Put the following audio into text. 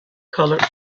colored